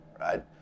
right